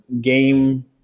game